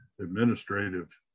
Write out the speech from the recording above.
administrative